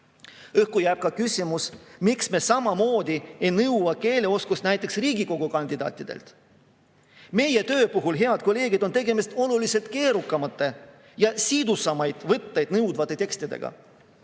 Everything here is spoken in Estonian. Õhku jääb ka küsimus, miks me samamoodi ei nõua riigikeeleoskust näiteks Riigikogu kandidaatidelt. Meie töö puhul, head kolleegid, on tegemist oluliselt keerukamate ja sidusamaid võtteid nõudvate tekstidega.